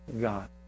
God